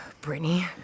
Brittany